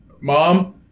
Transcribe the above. Mom